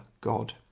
God